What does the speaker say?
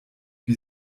wie